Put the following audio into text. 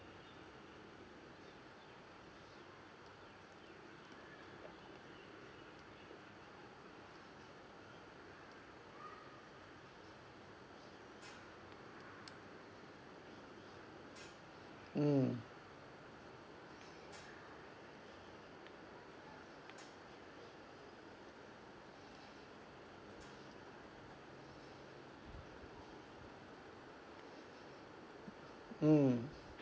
mm mm